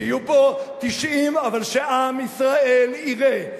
שיהיו פה 90, אבל שעם ישראל יראה שלימים,